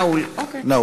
נעול.